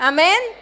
Amen